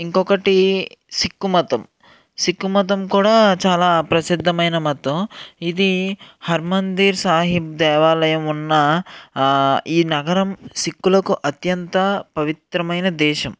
ఇంకొకటి సిక్కు మతం సిక్కు మతం కూడా చాలా ప్రసిద్ధమైన మతం ఇది హర్మమందిర్ సాహిబ్ దేవాలయం ఉన్న ఈ నగరం సిక్కులకు అత్యంత పవిత్రమైన దేశం